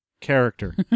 Character